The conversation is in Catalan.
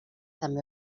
també